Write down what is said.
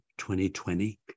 2020